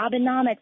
Abenomics